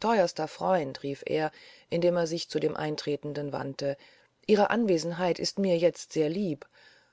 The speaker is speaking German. teuerster freund rief er indem er sich zu dem eintretenden wandte ihre anwesenheit ist mir jetzt sehr lieb